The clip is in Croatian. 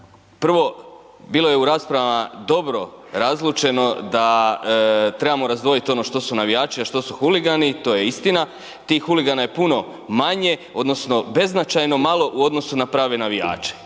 Prvo, bilo je u raspravama dobro razlučeno da trebamo razdvojit ono što su navijači, a što su huligani, to je istina, tih huligana je puno manje odnosno beznačajno malo u odnosu na prave navijače